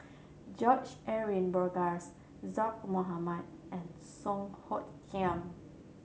George Edwin Bogaars Zaqy Mohamad and Song Hoot Kiam